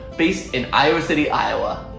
based in iowa city, iowa.